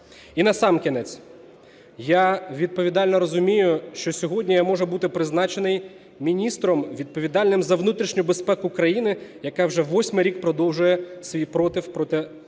І насамкінець. Я відповідально розумію, що сьогодні я можу бути призначений міністром, відповідальним за внутрішню безпеку країни, яка вже восьмий рік продовжує свій супротив проти